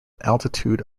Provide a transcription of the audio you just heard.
altitude